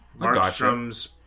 Markstrom's